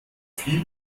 viel